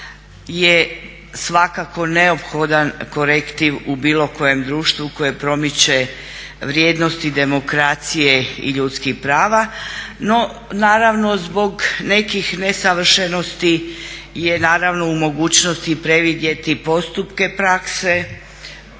je svakako neophodan korektiv u bilo kojem društvu koje promiče vrijednosti demokracije i ljudskih prava. No naravno zbog nekih nesavršenosti je u mogućnosti predvidjeti postupka prakse